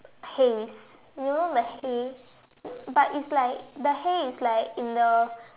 hays you know the hay but it's like the hay is like in the